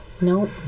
No